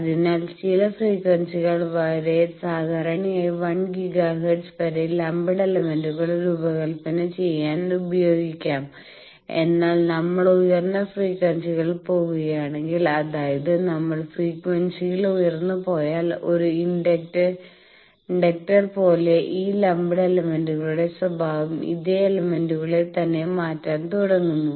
അതിനാൽ ചില ഫ്രീക്വൻസികൾ വരെ സാധാരണയായി 1 ഗിഗാ ഹെർട്സ് വരെ ലംപ്ഡ് എലമെന്റുകൾ രൂപകല്പന ചെയ്യാൻ ഉപയോഗിക്കാം എന്നാൽ നമ്മൾ ഉയർന്ന ഫ്രീക്വൻസികളിൽ പോകുകയാണെങ്കിൽ അതായത് നമ്മൾ ഫ്രീക്വൻസിയിൽ ഉയർന്ന് പോയാൽ ഒരു ഇൻഡക്റ്റർ പോലെ ഈ ലംപ്ഡ് എലമെന്റുകളുടെ സ്വഭാവം ഇതേ എലമെന്റുകളെ തന്നെ മാറ്റാൻ തുടങ്ങുന്നു